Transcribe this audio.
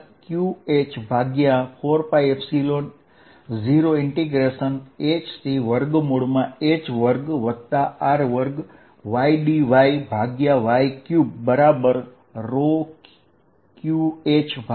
મને vertical force 2πσqh4π0hh2R2ydyy3 મળશે